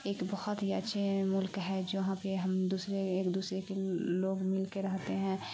ایک بہت ہی اچھے ملک ہے جہاں پہ ہم دوسرے ایک دوسرے کے لوگ مل کے رہتے ہیں